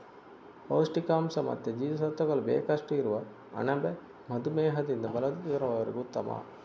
ಪೌಷ್ಟಿಕಾಂಶ ಮತ್ತೆ ಜೀವಸತ್ವಗಳು ಬೇಕಷ್ಟು ಇರುವ ಅಣಬೆ ಮಧುಮೇಹದಿಂದ ಬಳಲುತ್ತಿರುವವರಿಗೂ ಉತ್ತಮ